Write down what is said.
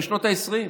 בשנות העשרים.